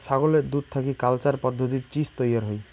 ছাগলের দুধ থাকি কালচার পদ্ধতিত চীজ তৈয়ার হই